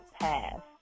past